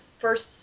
first